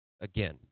again –